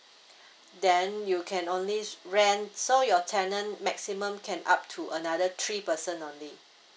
then you can only rent so your tenant maximum can up to another three person only